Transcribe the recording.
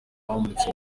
bamuritse